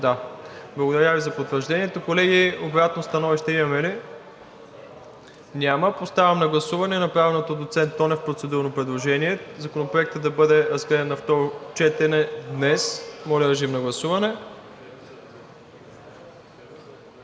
Благодаря Ви за потвърждението. Колеги, обратно становище имаме ли? Няма. Поставям на гласуване направеното от доцент Тонев процедурно предложение Законопроектът да бъде разгледан на второ четене днес. Гласували